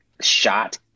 shot